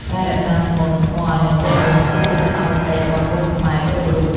ការរក្សាស្មូត និងធម៌ឱ្យនៅគង់វង្ស គឺជាកាតព្វកិច្ចរបស់កូនខ្មែរគ្រប់រូប។